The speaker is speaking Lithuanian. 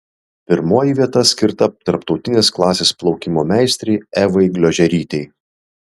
pirmoji vieta skirta tarptautinės klasės plaukimo meistrei evai gliožerytei